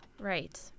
Right